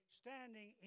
standing